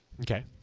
Okay